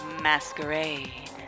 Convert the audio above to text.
masquerade